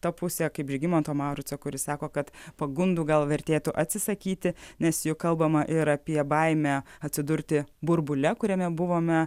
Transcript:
ta pusė kaip žygimanto maurico kuris sako kad pagundų gal vertėtų atsisakyti nes juk kalbama ir apie baimę atsidurti burbule kuriame buvome